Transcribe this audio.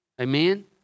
Amen